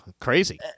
Crazy